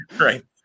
Right